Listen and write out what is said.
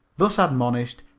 thus admonished,